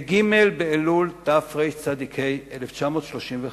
בג' באלול התרצ"ה, 1933,